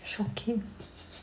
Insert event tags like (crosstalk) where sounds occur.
shocking (laughs)